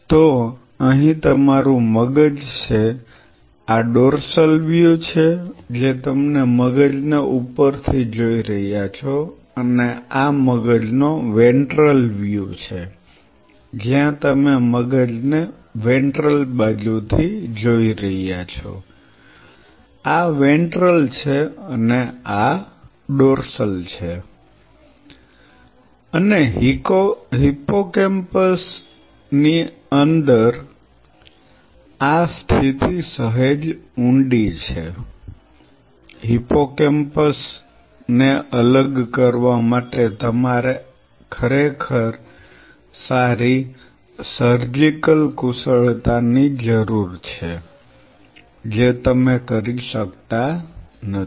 તેથી અહીં તમારું મગજ છે આ ડોર્સલ વ્યૂ છે જે તમે મગજને ઉપરથી જોઈ રહ્યા છો અને અહીં મગજનો વેન્ટ્રલ વ્યૂ છે જ્યાં તમે મગજને વેન્ટ્રલ બાજુથી જોઈ રહ્યા છો આ વેન્ટ્રલ છે અને આ ડોર્સલ છે અને હિપ્પોકેમ્પસ ની અંદર આ સ્થિતિ સહેજ ઊંડી છે હિપ્પોકેમ્પસ ને અલગ કરવા માટે તમારે ખરેખર સારી સર્જિકલ કુશળતાની જરૂર છે જે તમે કરી શકતા નથી